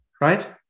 right